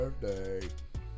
birthday